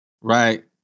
Right